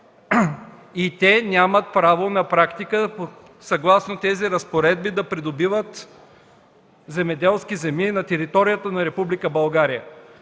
И те нямат право на практика, съгласно тези разпоредби, да придобиват земеделски земи на територията на